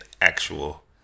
actual